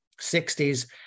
60s